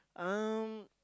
um